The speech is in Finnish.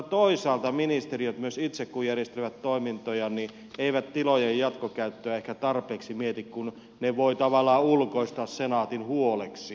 toisaalta ministeriöt myös itse kun järjestelevät toimintojaan eivät tilojen jatkokäyttöä ehkä tarpeeksi mieti kun ne voi tavallaan ulkoistaa senaatin huoleksi